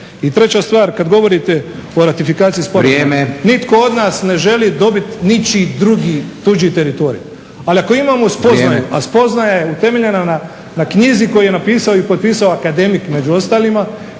I treća stvar kad govorite o ratifikaciji sporazuma nitko od nas ne želi dobiti ničiji drugi tuđi teritorij. Ali ako imamo spoznaju … …/Upadica Leko: Vrijeme./… … a spoznaja je utemeljena na knjizi koju je napisao i potpisao akademik među ostalima